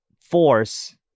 force